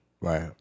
Right